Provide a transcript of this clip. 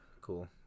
Cool